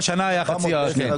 שלושה חודשים.